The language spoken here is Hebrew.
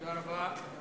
תודה רבה.